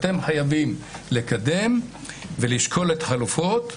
אתם חייבים לקדם ולשקול את החלופות.